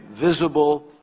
visible